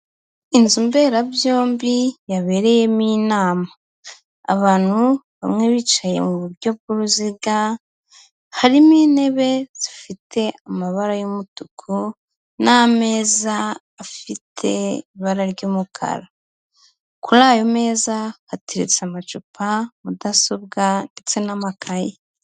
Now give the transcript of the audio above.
Inzu mberabyombi yabereyemo inama, abantu bamwe bicaye mu buryo bw'uruziga, harimo intebe zifite amabara y'umutuku n'ameza afite ibara ry'umukara, kuri ayo meza hateretse amacupa, Mudasobwa ndetse n'amakaye.